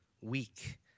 Weak